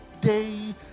day